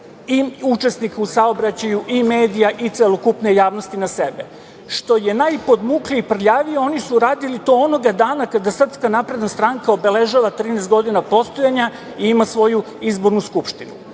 učesnika u saobraćaju i medija i celokupne javnosti na sebe. Što je najpodmukliji i prljaviji, oni su uradili to onoga dana kada SNS obeležava 13 godina postojanja i ima svoju izbornu Skupštinu. Ja